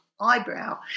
eyebrow